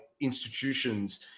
institutions